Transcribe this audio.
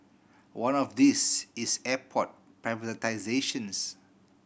one of these is airport privatisations